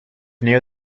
near